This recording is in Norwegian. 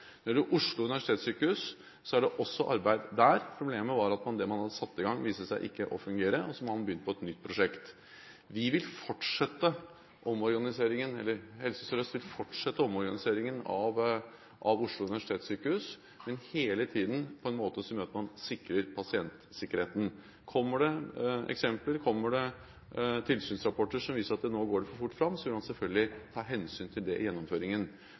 Når det gjelder Oslo universitetssykehus, er det også arbeid der. Problemet var at det man hadde satt i gang, viste seg ikke å fungere, og så har man begynt på et nytt prosjekt. Helse Sør-Øst vil fortsette omorganiseringen av Oslo universitetssykehus, men hele tiden på en måte som gjør at man sikrer pasientsikkerheten. Kommer det fram eksempler og tilsynsrapporter som viser at nå går man for fort fram, vil man selvfølgelig ta hensyn til det i gjennomføringen.